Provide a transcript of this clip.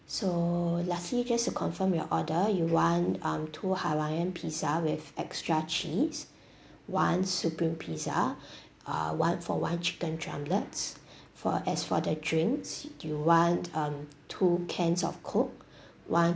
so lastly just to confirm your order you want um two hawaiian pizza with extra cheese one supreme pizza uh one for one chicken drumlets for as for the drinks you want um two cans of coke one